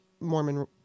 Mormon